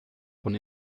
von